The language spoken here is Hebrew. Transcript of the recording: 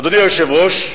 אדוני היושב-ראש,